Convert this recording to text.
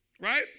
right